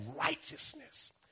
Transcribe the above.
righteousness